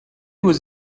was